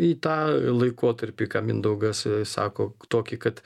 į tą laikotarpį ką mindaugas sako tokį kad